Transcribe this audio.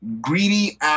greedy